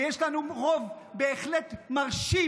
ויש לנו רוב בהחלט מרשים.